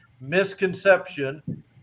misconception